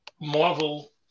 Marvel